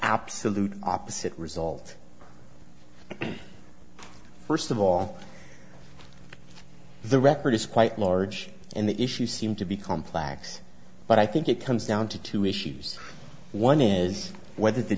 absolute opposite result first of all the record is quite large and the issue seemed to be complex but i think it comes down to two issues one is whether the